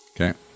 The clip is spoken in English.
Okay